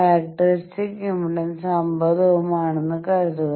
characteristic impedance 50 ohm ആണെന്ന് കരുതുക